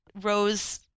Rose